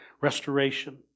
restoration